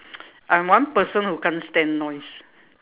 I'm one person who can't stand noise